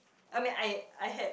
I mean I I had